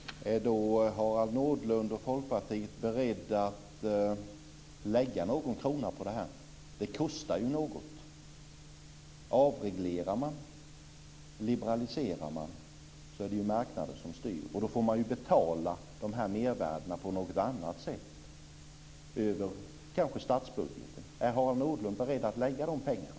Fru talman! Är då Harald Nordlund och Folkpartiet beredda att lägga någon krona på detta? Det kostar ju något. Om man avreglerar och liberaliserar är det ju marknaden som styr. Då får man ju betala de här mervärdena på något annat sätt, kanske över statsbudgeten. Är Harald Nordlund beredd att satsa de pengarna?